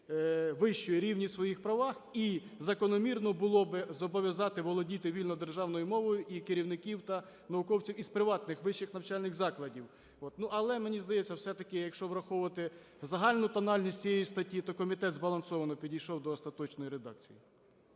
вищої, рівні у своїх правах. І закономірно було би зобов'язати володіти вільно державною мовою і керівників та науковців із приватних вищих навчальних закладів. Ну але, мені здається, все-таки, якщо враховувати загальну тональність цієї статті, то комітет збалансовано підійшов до остаточної редакції.